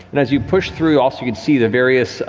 and as you push through, also, you can see the various,